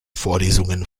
vorlesungen